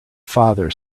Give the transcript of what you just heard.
father